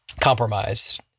compromise